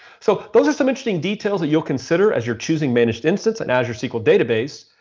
so those are some interesting details that you'll consider as you're choosing managed instance and azure sql database,